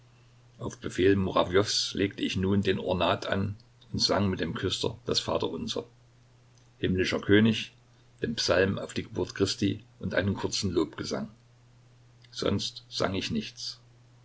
auf befehl murawjows legte ich nun den ornat an und sang mit dem küster das vaterunser himmlischer könig den psalm auf die geburt christi und einen kurzen lobgesang sonst sang ich nichts